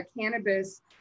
cannabis